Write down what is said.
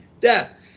death